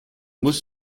muss